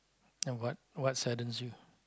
and what what saddens you